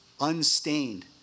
unstained